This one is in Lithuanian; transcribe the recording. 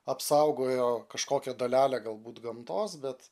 apsaugojo kažkokią dalelę galbūt gamtos bet